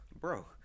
Bro